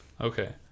Okay